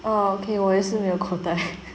oh okay 我也是没有口袋